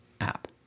app